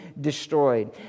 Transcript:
destroyed